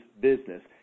business